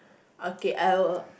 okay I will